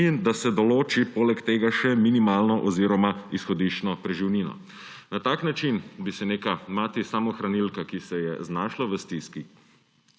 in da se določi poleg tega še minimalna oziroma izhodiščna preživnina. Na tak način bi se neka mati samohranilka, ki se je znašla v stiski,